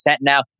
now